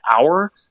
hour